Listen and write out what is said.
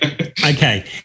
Okay